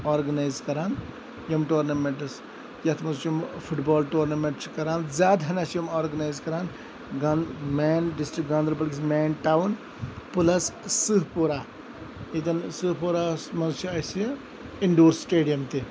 organise کَران یِم tournaments یَتھ مَنٛز چھُ یِم فُٹ بال ٹورنَمنٹ چھِ کَران زیادٕ ہَنہ چھِ یِم آرگنَیِز کَران گان main district Ganderbal main town پٕلَس سٕہہ پورہ ییٚتٮ۪ن سٕہہ پورہ ہَس مَنٛز چھُ اَسہِ اِنڈور سٹیڈِیَم تہِ